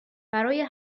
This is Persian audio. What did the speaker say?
برای